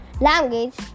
language